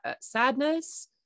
sadness